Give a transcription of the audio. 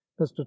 mr